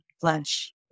flesh